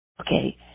Okay